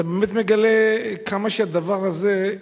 אתה באמת מגלה כמה שהאתר הזה,